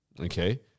Okay